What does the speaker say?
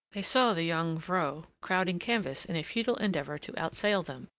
they saw the jongvrow crowding canvas in a futile endeavour to outsail them,